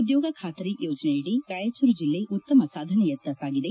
ಉದ್ಯೋಗ ಖಾತರಿ ಯೋಜನೆಯಡಿ ರಾಯಚೂರು ಜಿಲ್ಲೆ ಉತ್ತಮ ಸಾಧನೆಯತ್ತ ಸಾಗಿದೆ